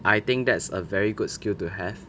I think that's a very good skill to have